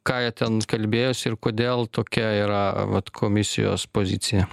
ką jie ten kalbėjosi ir kodėl tokia yra vat komisijos pozicija